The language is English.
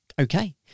Okay